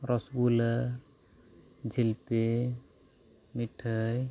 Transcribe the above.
ᱨᱚᱥᱜᱩᱞᱞᱟᱹ ᱡᱷᱤᱞᱯᱤ ᱢᱤᱴᱷᱟᱹᱭ